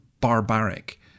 barbaric